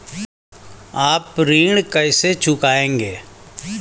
आप ऋण कैसे चुकाएंगे?